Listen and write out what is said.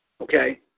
okay